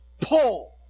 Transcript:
pull